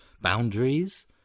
boundaries